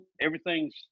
Everything's